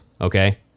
okay